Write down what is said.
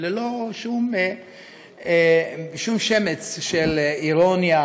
ללא שמץ של אירוניה,